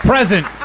Present